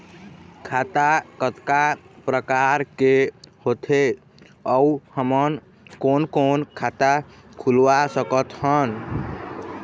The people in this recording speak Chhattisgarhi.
खाता कतका प्रकार के होथे अऊ हमन कोन कोन खाता खुलवा सकत हन?